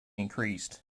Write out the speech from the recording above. increased